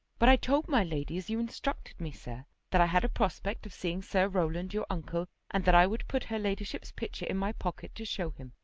but i told my lady as you instructed me, sir, that i had a prospect of seeing sir rowland, your uncle, and that i would put her ladyship's picture in my pocket to show him,